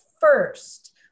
first